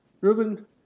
Ruben